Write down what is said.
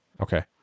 Okay